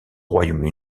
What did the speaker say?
royaume